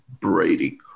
Brady